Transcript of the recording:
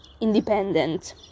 independent